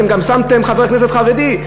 אתם גם שמתם חבר כנסת חרדי,